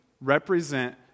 represent